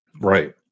Right